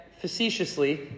facetiously